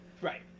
Right